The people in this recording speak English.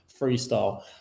freestyle